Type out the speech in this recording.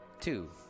Two